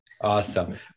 Awesome